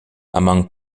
among